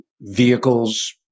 vehicles